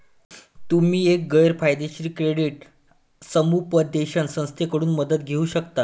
तुम्ही एक गैर फायदेशीर क्रेडिट समुपदेशन संस्थेकडून मदत घेऊ शकता